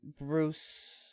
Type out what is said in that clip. Bruce